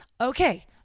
Okay